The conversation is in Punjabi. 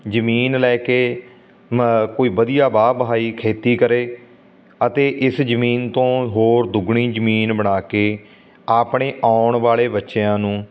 ਜ਼ਮੀਨ ਲੈ ਕੇ ਮ ਕੋਈ ਵਧੀਆ ਵਾਹ ਵਹਾਈ ਖੇਤੀ ਕਰੇ ਅਤੇ ਇਸ ਜ਼ਮੀਨ ਤੋਂ ਹੋਰ ਦੁੱਗਣੀ ਜ਼ਮੀਨ ਬਣਾ ਕੇ ਆਪਣੇ ਆਉਣ ਵਾਲੇ ਬੱਚਿਆਂ ਨੂੰ